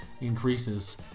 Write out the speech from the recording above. increases